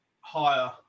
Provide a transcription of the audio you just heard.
Higher